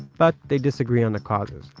but they disagree on the causes,